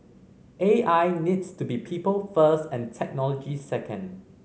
A I needs to be people first and technology second